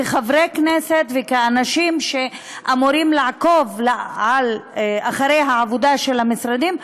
כחברי כנסת וכאנשים שאמורים לעקוב אחרי העבודה של המשרדים,